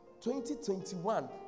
2021